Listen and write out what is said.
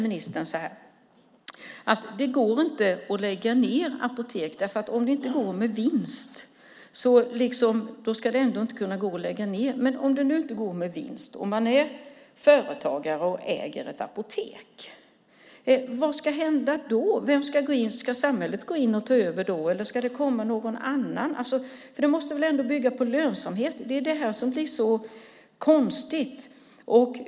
Ministern säger att det inte går att lägga ned apotek. Om de inte går med vinst ska det ändå inte kunna gå att lägga ned dem. Men vad ska då hända om man är företagare och äger ett apotek som inte går med vinst? Ska samhället gå in och ta över, eller ska det komma någon annan? Det måste väl ändå bygga på lönsamhet? Det är det här som blir så konstigt.